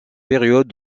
période